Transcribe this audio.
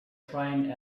train